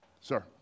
Sir